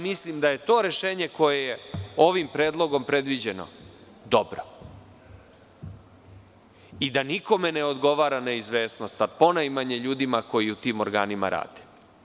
Mislim da je to rešenje koje je ovim predlogom predviđeno dobro i da nikome ne odgovara neizvesnost, pa ponajmanje ljudima koji u tim organima rade.